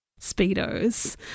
Speedos